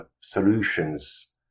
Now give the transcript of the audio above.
solutions